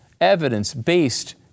evidence-based